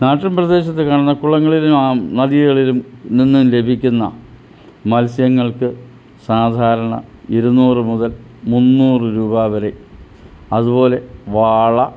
നാട്ടിൻ പ്രദേശത്ത് കാണുന്ന കുളങ്ങളിലും നദികളിലും നിന്നും ലഭിക്കുന്ന മത്സ്യങ്ങൾക്ക് സാധാരണ ഇരുന്നൂറ് മുതൽ മുന്നൂറ് രൂപ വരെ അതുപോലെ വാള